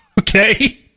okay